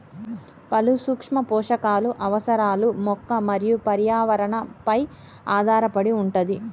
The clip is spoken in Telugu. పలు సూక్ష్మ పోషకాలు అవసరాలు మొక్క మరియు పర్యావరణ పై ఆధారపడి వుంటది